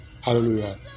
hallelujah